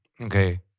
okay